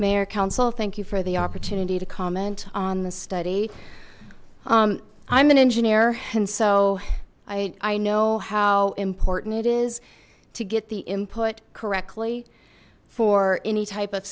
mayor council thank you for the opportunity to comment on the study i'm an engineer and so i i know how important it is to get the input correctly for any type of